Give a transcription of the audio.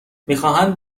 میخواهند